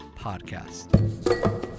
podcast